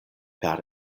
per